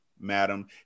madam